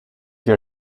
your